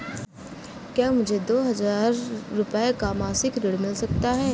क्या मुझे दो हजार रूपए का मासिक ऋण मिल सकता है?